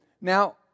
Now